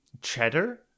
Cheddar